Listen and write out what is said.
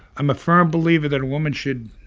i'm a firm believer that a woman should